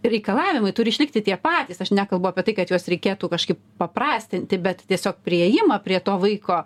reikalavimai turi išlikti tie patys aš nekalbu apie tai kad juos reikėtų kažkaip paprastinti bet tiesiog priėjimą prie to vaiko